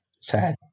Sad